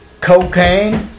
cocaine